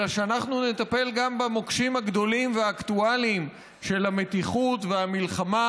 אלא שאנחנו גם נטפל במוקשים הגדולים והאקטואליים של המתיחות והמלחמה